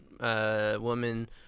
woman